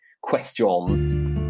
questions